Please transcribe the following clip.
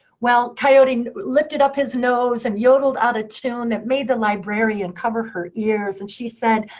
well, coyote and lifted up his nose, and yodeled out a tune that made the librarian cover her ears. and she said,